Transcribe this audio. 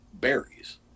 berries